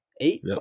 eight